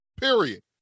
period